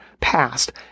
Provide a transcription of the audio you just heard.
past